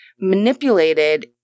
manipulated